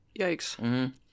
Yikes